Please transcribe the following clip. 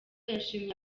yashimiye